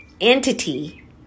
entity